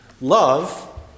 Love